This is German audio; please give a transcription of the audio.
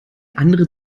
andere